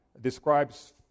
describes